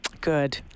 Good